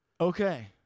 Okay